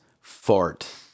fart